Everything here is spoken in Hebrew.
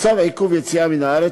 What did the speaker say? צו עיכוב יציאה מן הארץ,